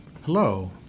Hello